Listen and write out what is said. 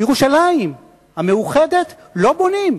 בירושלים המאוחדת לא בונים.